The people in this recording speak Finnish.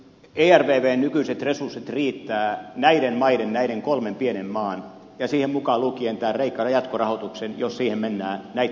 ervvn nykyiset resurssit riittävät näiden maiden näiden kolmen pienen maan rahoittamiseen siihen mukaan lukien tämä kreikan jatkorahoitus jos siihen mennään